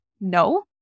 No